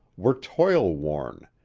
were toil-worn,